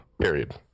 Period